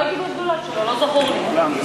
לא הייתי בשדולה שלו, לא